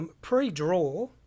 pre-draw